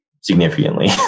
significantly